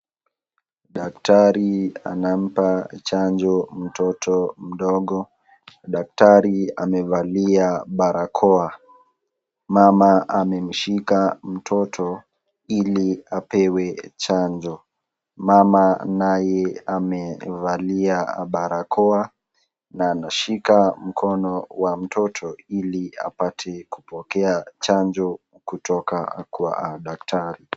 Daktari anampa chanjo mtoto mdogo, daktari amevalia barakoa, mama amemshika mtoto ili apewe chanjo, mama naye amevalia barakoa, na anashika mkono wa mtoto, ili aweze kupokea chanjo kutoka kwa daktari.